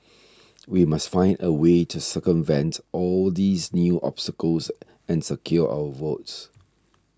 we must find a way to circumvent all these new obstacles and secure our votes